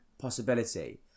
possibility